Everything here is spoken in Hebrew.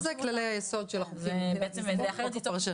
אבל זה כללי היסוד של החוקים במדינת ישראל.